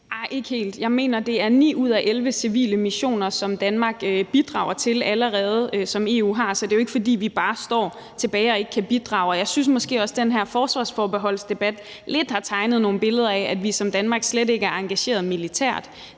Nej, ikke helt. Jeg mener, at det er 9 ud af 11 civile missioner, som Danmark bidrager til allerede, som EU har, så det er jo ikke, fordi vi bare står tilbage og ikke kan bidrage. Og jeg synes måske også, at den her forsvarsforbeholdsdebat lidt har tegnet nogle billeder af, at vi som land slet ikke er engageret militært,